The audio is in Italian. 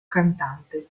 cantante